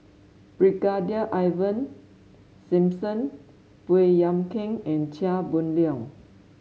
Brigadier Ivan Simson Baey Yam Keng and Chia Boon Leong